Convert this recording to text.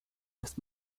with